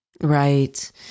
Right